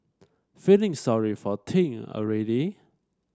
feeling sorry for Ting already